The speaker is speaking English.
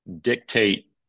dictate